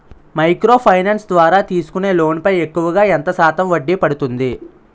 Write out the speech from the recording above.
Micro finance ద్వారా తీసుకునే loan పై ఎక్కువుగా ఎంత శాతం వడ్డీ పడుతుంది?